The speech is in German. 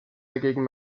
dagegen